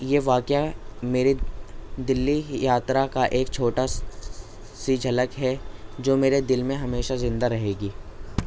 یہ واقعہ میرے دلّی کی یاترا کا ایک چھوٹا سی جھلک ہے جو میرے دل میں ہمیشہ زندہ رہے گی